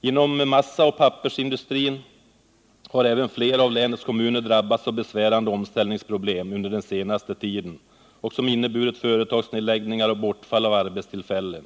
Inom massaoch pappersindustrin har även fler av länets kommuner drabbats av besvärande omställningsproblem under den senaste tiden, vilka inneburit företagsnedläggningar och bortfall av arbetstillfällen.